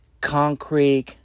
Concrete